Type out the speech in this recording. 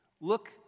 Look